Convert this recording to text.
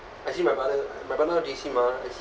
actually my brother my brother J_C mah I see